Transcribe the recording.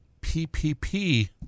PPP